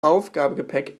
aufgabegepäck